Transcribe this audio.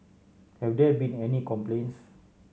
have there been any complaints